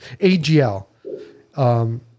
AGL